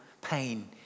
pain